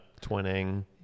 twinning